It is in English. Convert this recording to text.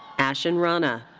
ashen rana.